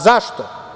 Zašto?